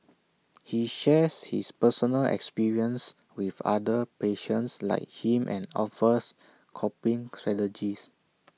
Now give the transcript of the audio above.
he shares his personal experiences with other patients like him and offers coping strategies